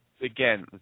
again